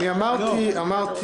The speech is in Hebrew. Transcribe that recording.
אני אמרתי